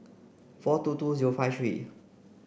four two two zero five three